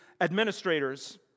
administrators